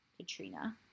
Katrina